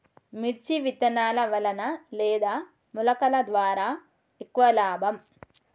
మిర్చి విత్తనాల వలన లేదా మొలకల ద్వారా ఎక్కువ లాభం?